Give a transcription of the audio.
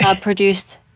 produced